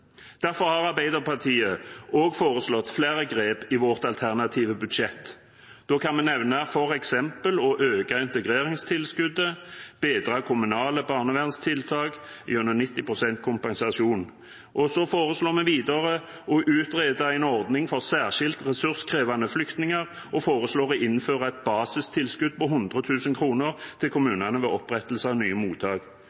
Derfor har vi i Arbeiderpartiet også foreslått flere grep i vårt alternative budsjett. Jeg kan f.eks. nevne det å øke integreringstilskuddet og bedre kommunale barnevernstiltak gjennom 90 pst. kompensasjon. Vi foreslår videre å utrede en ordning for særskilt ressurskrevende flyktninger, og vi foreslår å innføre et basistilskudd på 100 000 kr til kommunene ved opprettelse av nye mottak.